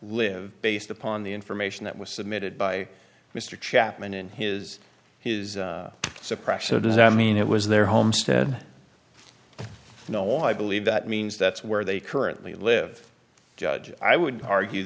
live based upon the information that was submitted by mr chapman in his his suppress so does that mean it was their homestead no i believe that means that's where they currently live judge i would argue